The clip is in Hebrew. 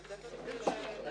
אני מאוד מצטערת על